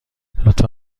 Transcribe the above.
لطفا